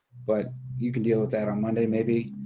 but you can deal with that on monday, maybe,